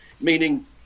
meaning